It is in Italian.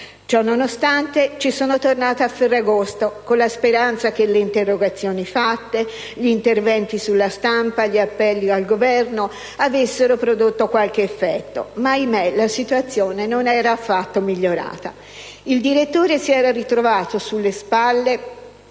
Ciononostante ci sono tornata a Ferragosto con la speranza che le interrogazioni presentate, gli interventi sulla stampa, gli appelli al Governo avessero prodotto qualche effetto ma, ahimè, la situazione non era affatto migliorata: il direttore si era ritrovato sulle spalle